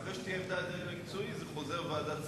אחרי שתהיה עמדה לדרג המקצועי זה חוזר לוועדת שרים,